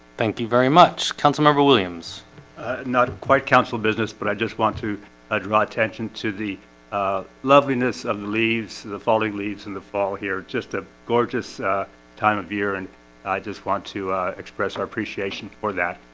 thank you very much councilmember williams not quite council business, but i just want to ah draw attention to the ah loveliness of the leaves the falling leaves in the fall here just a gorgeous time of year, and i just want to express our appreciation for that